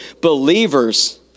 believers